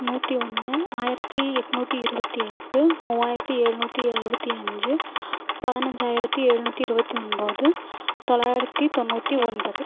நூற்றி ஒன்று ஆயிரத்து எட்நூற்றி இருபத்தி எட்டு மூவாயிரத்து எழுநூற்றி எழுபத்தி அஞ்சு பதினஞ்சாயிரத்து எழுநூற்றி இருபத்தி ஒன்பது தொள்ளாயிரத்து தொண்ணூற்றி ஒன்பது